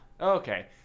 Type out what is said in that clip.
okay